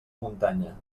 muntanya